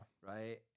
Right